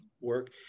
work